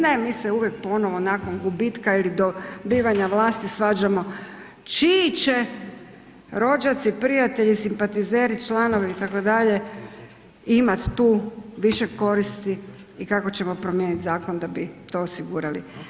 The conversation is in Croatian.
Ne, mi se uvijek ponovo nakon gubitka ili dobivanja vlasti svađamo čiji će rođaci, prijatelji, simpatizeri članovi itd. imati tu više koristi i kako ćemo promijeniti zakon da bi to osigurali.